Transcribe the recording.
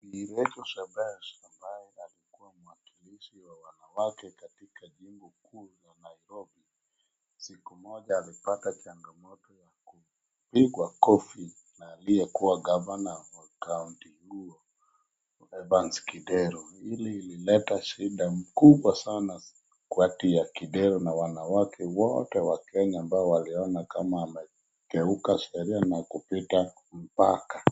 Bi. Reachel Chebet ambaye alikuwa mwakilishi wa wanawake katika jiji kuu la Nairobi. Siku moja alipata changamoto ya kupigwa kofi na aliyekuwa Gavana wa kaunti huo Evans Kidero .Hili ilileta shida mkubwa sana kati ya Kidero wanawake wote wa Kenya ambao waliona kama amengeuka sheria na kupita mpaka.